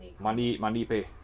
monthly monthly pay